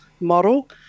model